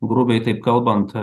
grubiai taip kalbant